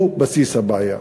הוא בסיס הבעיה.